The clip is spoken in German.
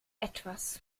etwas